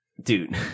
dude